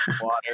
Water